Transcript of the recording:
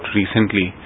recently